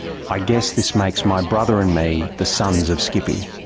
i guess this makes my brother and me the sons of skippy.